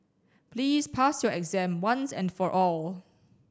please pass your exam once and for all